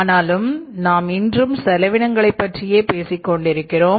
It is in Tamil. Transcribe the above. ஆனாலும் நாம் இன்றும் செலவினங்களை பற்றியே பேசிக்கொண்டிருக்கிறோம்